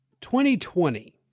2020